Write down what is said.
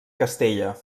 castella